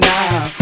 Now